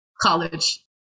college